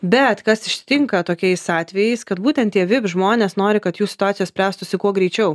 bet kas ištinka tokiais atvejais kad būtent tie vip žmonės nori kad jų situacija spręstųsi kuo greičiau